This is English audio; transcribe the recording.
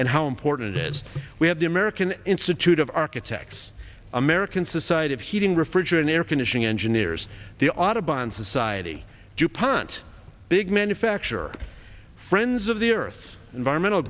and how important it is we have the american institute of architects american society of heating refrigerant air conditioning engineers the audubon society dupont big manufacturer friends of the earth's environmental